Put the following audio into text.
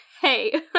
Hey